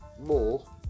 more